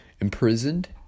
imprisoned